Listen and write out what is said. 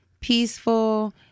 peaceful